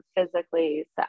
physically